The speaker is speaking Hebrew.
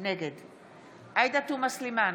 נגד עאידה תומא סלימאן,